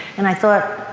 and i thought,